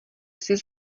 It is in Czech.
sis